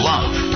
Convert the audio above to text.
Love